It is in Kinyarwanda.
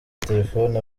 telefoni